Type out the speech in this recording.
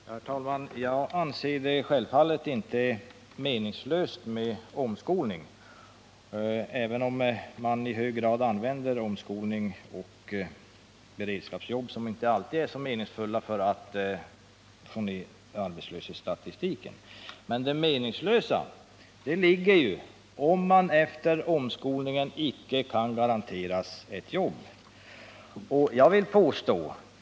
Herr talman! Jag anser det självfallet inte meningslöst med omskolning, även om man i hög grad använder omskolning och beredskapsjobb, som inte alltid är så meningsfyllda, för att i statistiken få ned arbetslöshetssiffrorna. Men det meningslösa ligger i att man inte kan garanteras ett jobb efter omskolningen.